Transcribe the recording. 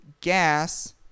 gas